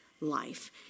life